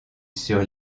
sur